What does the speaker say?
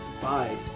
Bye